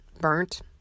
burnt